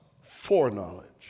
foreknowledge